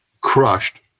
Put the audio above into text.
crushed